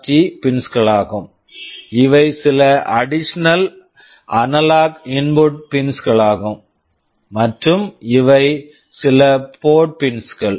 D UART pins pins களாகும் இவை சில additional analog input pins additional analog input pins களாகும் மற்றும் இவை சில போர்ட் பின்ஸ் port pins கள்